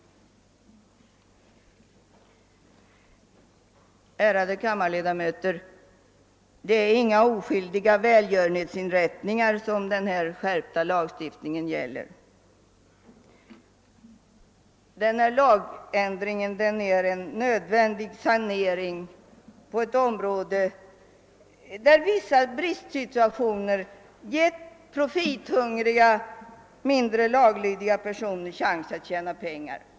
Ärade kammarledamöter! Det är inga oskyldiga välgörenhetsinrättningar som denna skärpta lagstiftning gäller. Lagändringen är en nödvändig sanering på ett område där vissa bristsituationer gett profithungriga, mindre laglydiga personer chans att tjäna pengar.